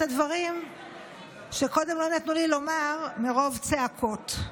הדברים שקודם לא נתנו לי לומר מרוב צעקות.